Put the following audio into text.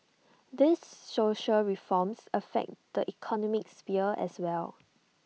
these social reforms affect the economic sphere as well